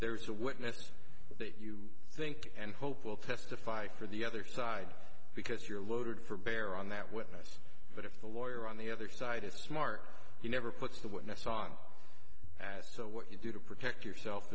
there's a witness that you think and hope will testify for the other side because you're loaded for bear on that witness but if the lawyer on the other side is smart he never puts the witness on as so what you do to protect yourself